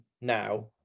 now